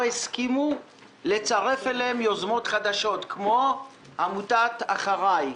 הסכימו לצרף אליהם יוזמות חדשות כמו עמותת "אחרי",